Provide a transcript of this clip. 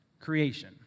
creation